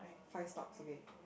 five stops okay